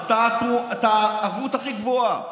את הערבות הכי גבוהה,